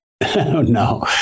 no